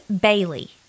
Bailey